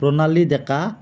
প্ৰণালী ডেকা